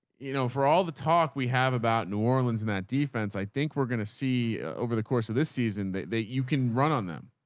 you know, for all the talk we have about new orleans in that defense, i think we're going to see over the course of this season that that you can run on them.